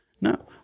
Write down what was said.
No